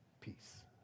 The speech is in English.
peace